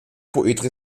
poetry